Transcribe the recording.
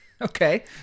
Okay